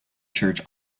church